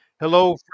Hello